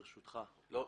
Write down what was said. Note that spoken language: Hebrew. ברשותך --- לא,